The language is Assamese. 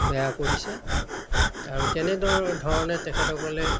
বেয়া কৰিছে আৰু কেনেদ ধৰণে তেখেতসকলে